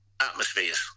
atmospheres